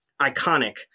iconic